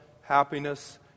happiness